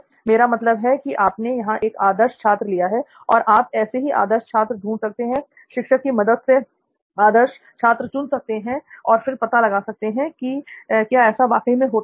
मेरा मतलब है कि आपने यहां एक आदर्श छात्र लिया है और आप ऐसे ही आदर्श छात्र ढूंढ सकते हैं शिक्षक की मदद से आदर्श छात्र चुन सकते हैं और फिर पता लगा सकते हैं कि क्या ऐसा वाकई में होता है